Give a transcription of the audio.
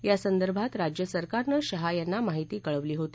यासंदर्भात राज्य सरकारनं शाह यांना माहिती कळवली होती